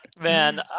Man